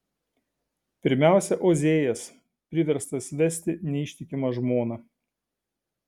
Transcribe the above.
pirmiausia ozėjas priverstas vesti neištikimą žmoną